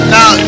Now